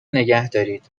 نگهدارید